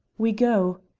we go.